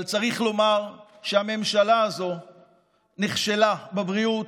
אבל צריך לומר שהממשלה הזו נכשלה בבריאות,